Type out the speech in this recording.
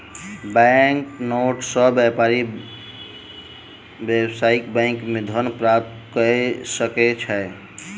bank note सॅ व्यापारी व्यावसायिक बैंक मे धन प्राप्त कय सकै छै